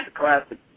classic